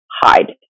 hide